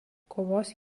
kovos